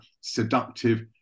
seductive